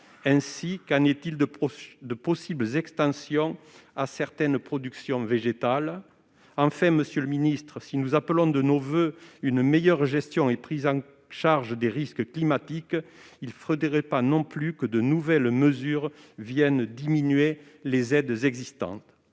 ? Et qu'en est-il de possibles extensions à certaines productions végétales ? Enfin, monsieur le ministre, si nous appelons de nos voeux une meilleure gestion et prise en charge des risques climatiques, il ne faudrait pas non plus que de nouvelles mesures viennent diminuer les aides existantes.